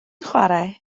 chwarae